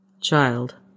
Child